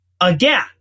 again